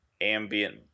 ambient